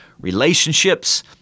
relationships